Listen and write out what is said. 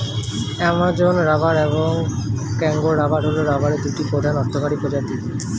Amazon rubber এবং Congo rubber হল রাবারের দুটি প্রধান অর্থকরী প্রজাতি